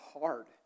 hard